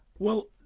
well,